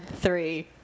three